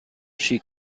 she